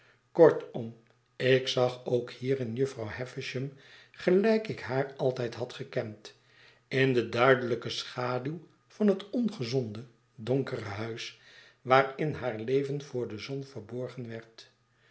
kortom ik zag ook hierin jufvrouw havisham gelijk ik haar altijd had gekend in de duidelijke schaduw van het ongezonde donkere huis waarin haar leven voor de zon verborgen werd